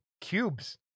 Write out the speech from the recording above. cubes